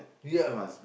ya